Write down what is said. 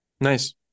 Nice